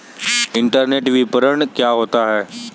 Internet विपणन क्या होता है?